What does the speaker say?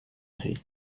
retz